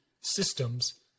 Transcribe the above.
systems